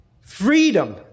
freedom